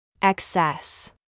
Excess